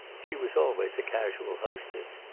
she was always a casual hostess.